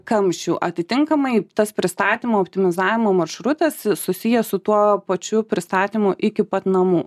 kamščių atitinkamai tas pristatymo optimizavimo maršrutas susijęs su tuo pačiu pristatymu iki pat namų